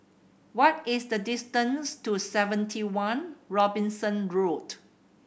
what is the distance to Seventy One Robinson Road